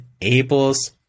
enables